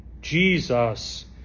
Jesus